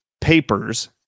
papers